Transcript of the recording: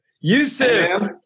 Yusuf